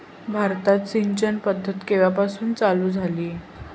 भारतात सिंचन पद्धत केवापासून चालू झाली?